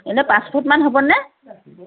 এনে পাঁচ ফুটমান হ'বনে